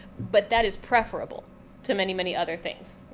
but that is preferable to many, many other things.